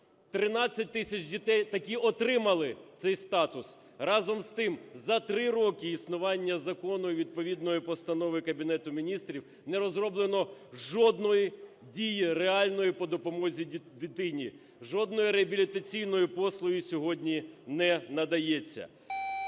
13 тисяч дітей таки отримали цей статус. Разом з тим, за 3 роки існування закону відповідної постанови Кабінету Міністрів не розроблено, жодної дії реальної по допомозі дитині, жодної реабілітаційної послуги сьогодні не надається.